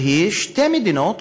שהיא שתי מדינות,